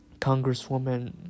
Congresswoman